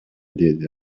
деди